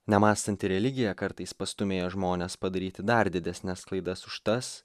nemąstanti religija kartais pastūmėja žmones padaryti dar didesnes klaidas už tas